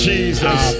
Jesus